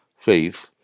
faith